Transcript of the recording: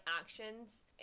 actions